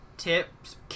tips